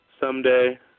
someday